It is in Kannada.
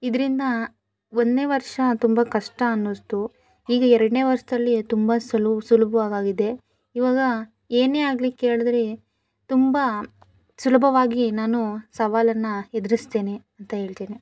ಇದರಿಂದ ಒಂದನೇ ವರ್ಷ ತುಂಬ ಕಷ್ಟ ಅನ್ಸಿತ್ತು ಈಗ ಎರಡನೇ ವರ್ಷದಲ್ಲಿ ತುಂಬ ಸುಲ್ಭ್ವಾಗಿ ಆಗಿದೆ ಇವಾಗ ಏನೇ ಆಗಲಿ ಕೇಳದ್ರೆ ತುಂಬ ಸುಲಭವಾಗಿ ನಾನು ಸವಾಲನ್ನು ಎದುರಿಸ್ತೀನಿ ಅಂತ ಹೇಳ್ತಿನಿ